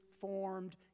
formed